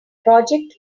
project